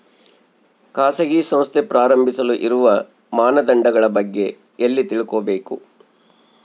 ಖಾಸಗಿ ಸಂಸ್ಥೆ ಪ್ರಾರಂಭಿಸಲು ಇರುವ ಮಾನದಂಡಗಳ ಬಗ್ಗೆ ಎಲ್ಲಿ ತಿಳ್ಕೊಬೇಕು?